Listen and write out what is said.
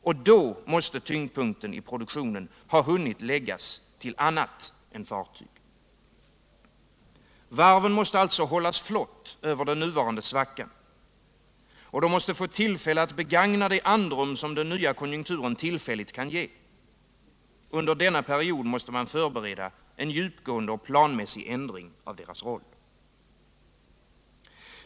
Och då måste tyngdpunkten i produktionen ha hunnit läggas om till annat än fartyg. Varven måste hållas i gång över den nuvarande svackan. De måste få tillfälle att begagna det andrum som den nya konjunkturen tillfälligt kan ge. Under denna period måste man förbereda en djupgående och planmässig ändring av deras roll.